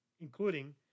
including